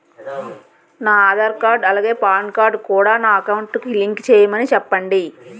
నా ఆధార్ కార్డ్ అలాగే PAN card కూడా నా అకౌంట్ కి లింక్ చేయమని చెప్పండి